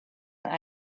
and